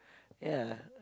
ya